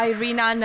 Irina